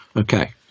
Okay